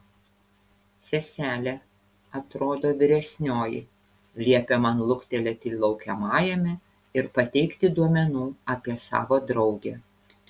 seselė atrodo vyresnioji liepė man luktelėti laukiamajame ir pateikti duomenų apie savo draugę